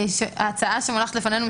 ההצעה שמונחת לפנינו,